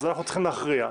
אנחנו צריכים להכריע.